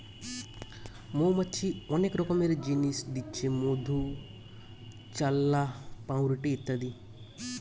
মৌমাছি অনেক রকমের জিনিস দিচ্ছে মধু, চাল্লাহ, পাউরুটি ইত্যাদি